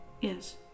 Yes